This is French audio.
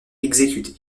exécuter